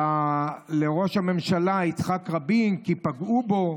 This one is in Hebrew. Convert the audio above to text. לראש הממשלה יצחק רבין, כי פגעו בו.